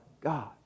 God